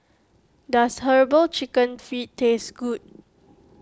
does Herbal Chicken Feet taste good